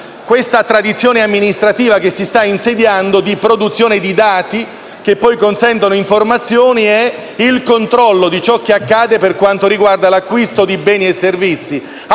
questa tradizione amministrativa, che si sta insediando, di produzione di dati che poi consentono informazioni e il controllo di quanto accade relativamente all'acquisto di beni e servizi,